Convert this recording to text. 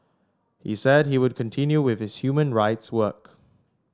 he said he would continue with his human rights work